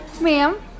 ma'am